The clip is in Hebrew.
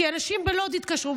כי אנשים בלוד התקשרו,